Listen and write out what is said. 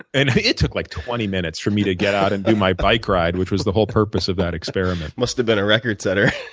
and it took like twenty minutes for me to get out and do my bike ride, which was the whole purpose of that experiment. must have been a record setter.